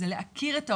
זה להכיר את העולם,